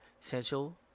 essential